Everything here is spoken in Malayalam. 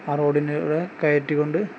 ആ റോഡിലൂടെ കയറ്റി കൊണ്ട്